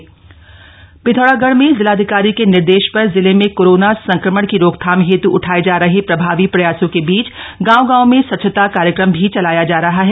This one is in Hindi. सफार्ड अभियान पिथौरागढ में जिलाधिकारी के निर्देश पर जिले में कोरोना संक्रमण की रोकथाम हेतु उठाए जा रहे प्रभावी प्रयासो के बीच गांव गांव में स्वच्छता कार्यक्रम भी चलाया जा रहा है